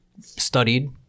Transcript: studied